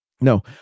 no